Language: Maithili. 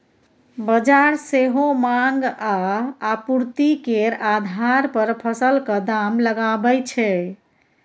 बजार सेहो माँग आ आपुर्ति केर आधार पर फसलक दाम लगाबै छै